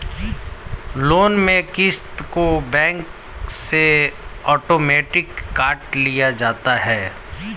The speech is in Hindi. लोन में क़िस्त को बैंक से आटोमेटिक काट लिया जाता है